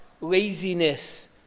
laziness